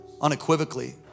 unequivocally